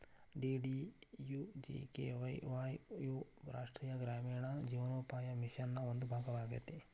DDUGKY Y U ರಾಷ್ಟ್ರೇಯ ಗ್ರಾಮೇಣ ಜೇವನೋಪಾಯ ಮಿಷನ್ ನ ಒಂದು ಭಾಗ ಆಗೇತಿ